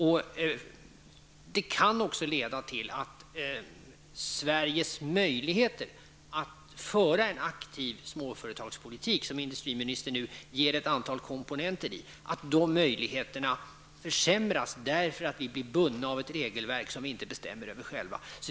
Det kan också leda till att Sveriges möjligheter att föra en aktiv småföretagspolitik, som industriministern gett ett antal komponenter i, försämras därför att vi blir bundna av ett regelverk som vi inte bestämmer över själva.